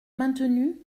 maintenu